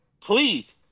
please